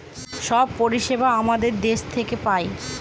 সব পরিষেবা আমাদের দেশ থেকে পায়